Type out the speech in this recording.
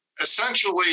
essentially